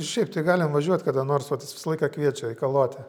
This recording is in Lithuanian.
šiaip tai galim važiuot kada nors vat jis visą laiką kviečia į kalotę